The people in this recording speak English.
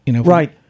Right